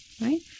Right